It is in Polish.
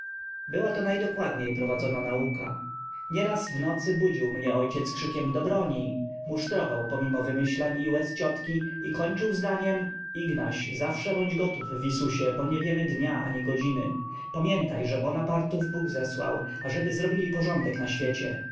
była to najdokładniej prowadzona nauka nieraz w nocy budził mnie ojciec krzykiem do broni musztrował pomimo wymyślań i łez ciotki i kończył zdaniem ignaś zawsze bądź gotów wisusie bo nie wiemy dnia ani godziny pamiętaj że bonapartów bóg zesłał ażeby zrobili porządek na świecie